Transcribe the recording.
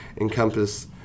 encompass